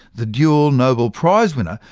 the dual-nobel prize winner,